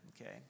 Okay